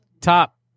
top